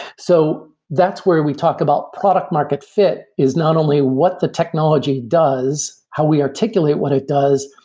so that's where we talk about product market fit is not only what the technology does, how we articulate what it does,